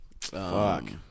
Fuck